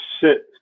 sit